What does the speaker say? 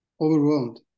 overwhelmed